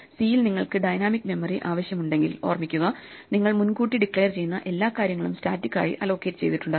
സിയിൽ നിങ്ങൾക്ക് dynamic memory ആവശ്യമുണ്ടെങ്കിൽഓർമ്മിക്കുക നിങ്ങൾ മുൻകൂട്ടി ഡിക്ലയർ ചെയ്യുന്ന എല്ലാ കാര്യങ്ങളും സ്റ്റാറ്റിറ്റിക്കായി അലൊക്കേറ്റ് ചെയ്തിട്ടുണ്ടാകും